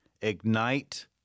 ignite